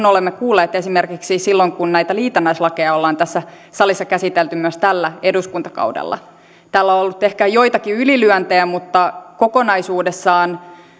olemme kuulleet esimerkiksi silloin kun näitä liitännäislakeja ollaan tässä salissa käsitelty myös tällä eduskuntakaudella täällä on ollut ehkä joitakin ylilyöntejä mutta kokonaisuudessaan